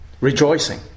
rejoicing